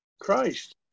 Christ